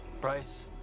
Bryce